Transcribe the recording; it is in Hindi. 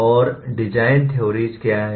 और डिज़ाइन थेओरीज़ क्या हैं